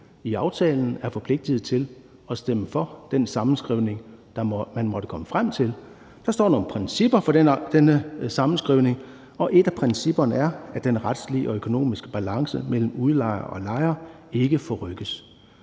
i aftalen, er forpligtet til at stemme for den sammenskrivning, man måtte komme frem til. Der står nogle principper for denne sammenskrivning, og et af principperne er, at den retslige og økonomiske balance mellem udlejer og lejer ikke forrykkes.